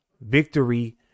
victory